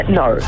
no